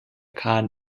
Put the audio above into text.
kahn